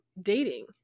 dating